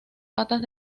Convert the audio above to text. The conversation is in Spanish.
patas